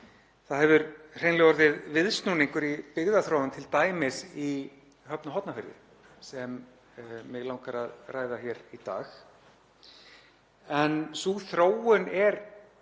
Það hefur hreinlega orðið viðsnúningur í byggðaþróun, t.d. í Höfn í Hornafirði sem mig langar að ræða hér í dag. En sú þróun er